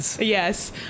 yes